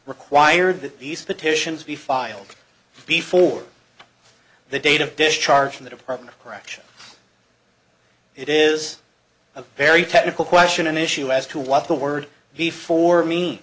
required that these petitions be filed before the date of discharge from the department of correction it is a very technical question an issue as to what the word before me